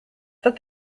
that